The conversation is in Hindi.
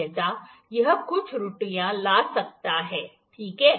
अन्यथा यह कुछ त्रुटियाँ ला सकता है ठीक है